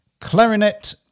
Clarinet